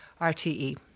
rte